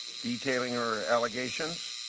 detailing her allegations.